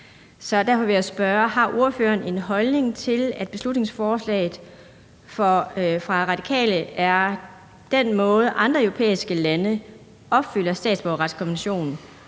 Så derfor vil jeg spørge: Har ordføreren en holdning til, at det, der foreslås i beslutningsforslaget fra Radikale, er den måde, hvorpå andre europæiske lande opfylder statsborgerretskonventionen